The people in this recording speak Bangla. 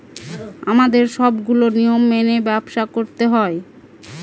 আমাদের সবগুলো নিয়ম মেনে ব্যবসা করতে হয়